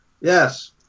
Yes